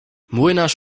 młynarz